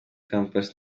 campus